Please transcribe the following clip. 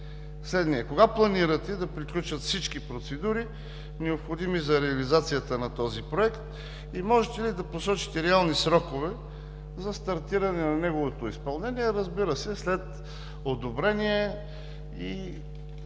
следният: кога планирате да приключат всички процедури, необходими за реализацията на този проект? Можете ли да посочите реални срокове за стартиране на неговото изпълнение, разбира се, след изготвяне на технически